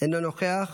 אינו נוכח,